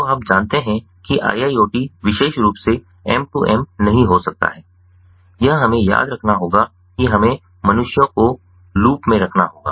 तो आप जानते हैं कि IIoT विशेष रूप से M 2 M नहीं हो सकता है यह हमें याद रखना होगा कि हमें मनुष्यों को पाश में रखना होगा